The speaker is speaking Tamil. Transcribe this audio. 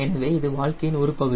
எனவே இது வாழ்க்கையின் ஒரு பகுதி